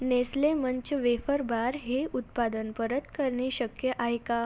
Nestle Munch wafer bar हे उत्पादन परत करणे शक्य आहे का